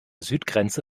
südgrenze